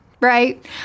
right